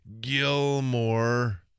Gilmore